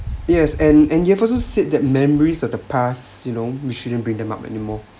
yes and and you’ve also said that memories of the past you know you shouldn't bring them up anymore